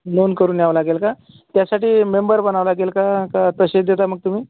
नोंद करून न्यावा लागेल का त्यासाठी मेंबर बनावं लागेल का का तसेच देता मग तुम्ही